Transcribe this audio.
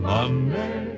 Monday